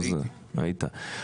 הייתי.